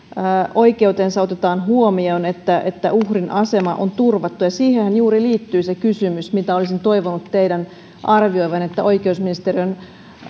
oikeutensa otetaan huomioon että että uhrin asema on turvattu ja siihenhän juuri liittyy se kysymys mitä olisin toivonut teidän arvioivan että oikeusministeriön